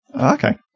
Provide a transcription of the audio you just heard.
Okay